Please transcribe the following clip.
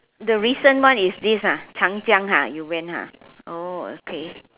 the recent one is this ah 长江 ha you went ah oh okay